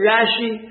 Rashi